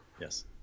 yes